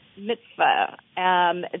Mitzvah